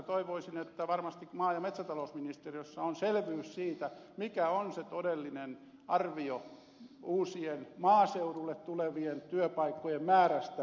toivoisin että varmasti maa ja metsätalousministeriössä on selvyys siitä mikä on se todellinen arvio uusien maaseudulle tulevien työpaikkojen määrästä